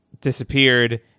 disappeared